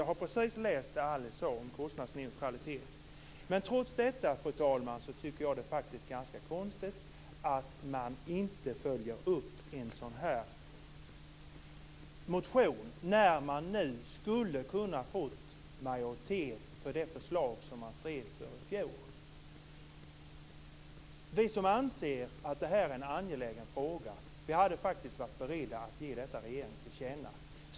Jag har just läst det som Alice Åström sade om kostnadsneutralitet. Fru talman! Jag tycker att det är ganska konstigt att Vänsterpartiet trots detta inte följer upp en sådan här motion, när man nu skulle ha kunnat få majoritet för det förslag som man stred för i fjol. Vi som anser att det här är en angelägen fråga hade varit beredda att ge regeringen detta till känna.